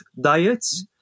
diets